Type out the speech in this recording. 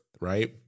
right